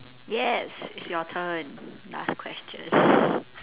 yes it's your turn last question